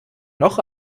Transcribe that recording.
noch